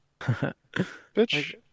Bitch